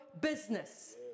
business